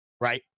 Right